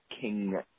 King